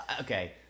okay